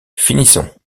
finissons